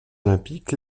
olympiques